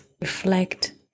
reflect